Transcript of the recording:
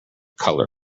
color